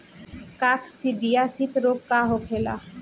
काकसिडियासित रोग का होखेला?